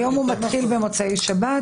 היום זה מתחיל במוצאי שבת,